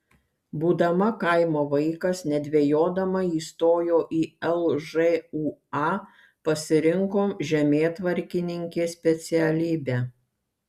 būdama kaimo vaikas nedvejodama įstojo į lžūa pasirinko žemėtvarkininkės specialybę